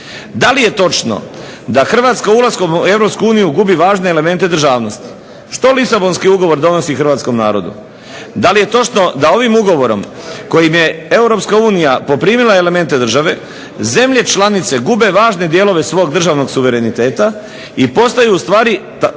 Da li je točno da Hrvatska ulaskom u Europsku uniju gubi važne elemente državnosti, što Lisabonski ugovor donosi hrvatskom narodu. Da li je točno da ovim ugovorom kojim je Europska unija poprimila elemente države zemlje članice gube važne dijelove svog državnog suvereniteta i postaju ustvari